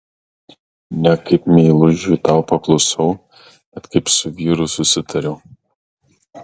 ne kaip meilužiui tau paklusau bet kaip su vyru susitariau